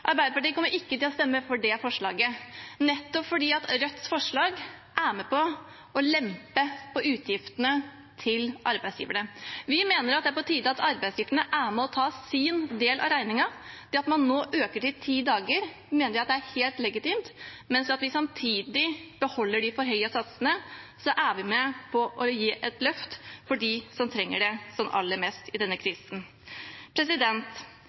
Arbeiderpartiet kommer ikke til å stemme for det forslaget, nettopp fordi Rødts forslag er med på å lempe på utgiftene til arbeidsgiverne. Vi mener det er på tide at arbeidsgiverne er med på å ta sin del av regningen. Ved at man nå øker til ti dager mener vi det er helt legitimt, og ved at vi samtidig beholder de forhøyede satsene, er vi med på å gi et løft til dem som trenger det aller mest i denne krisen.